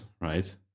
right